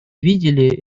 видели